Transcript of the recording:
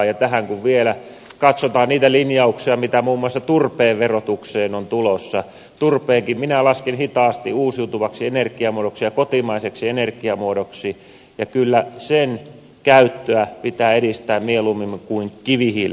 ja tähän kun vielä katsotaan niitä linjauksia mitä muun muassa turpeen verotukseen on tulossa turpeenkin minä lasken hitaasti uusiutuvaksi energiamuodoksi ja kotimaiseksi energiamuodoksi ja kyllä sen käyttöä pitää edistää mieluummin kuin kivihiilen käyttöä